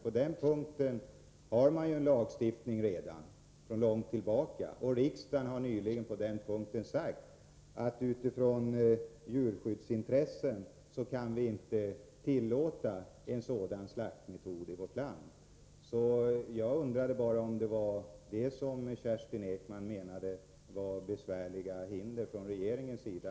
På den punkten har vi en lagstiftning sedan lång tid tillbaka, och riksdagen har nyligen sagt att vi med hänsyn till djurskyddsintresset inte kan tillåta en sådan slaktmetod i vårt land. Jag undrade bara om det var detta som Kerstin Ekman menade när hon talade om besvärliga hinder från regeringens sida.